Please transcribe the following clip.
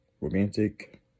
romantic